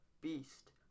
beast